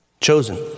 Chosen